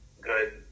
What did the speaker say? good